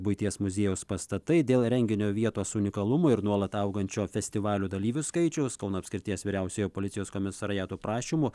buities muziejaus pastatai dėl renginio vietos unikalumo ir nuolat augančio festivalio dalyvių skaičiaus kauno apskrities vyriausiojo policijos komisariato prašymu